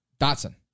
Dotson